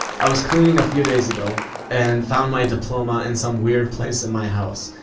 i was cleaning a few days ago and found my diploma in some weird place in my house.